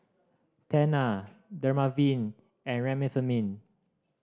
Tena Dermaveen and Remifemin